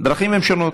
הדרכים הן שונות.